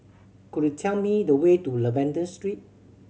could you tell me the way to Lavender Street